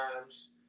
times